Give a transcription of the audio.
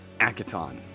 Akaton